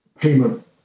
payment